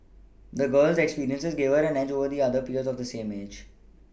the girls experiences gave her an edge over the other peers of the same age